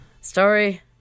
Story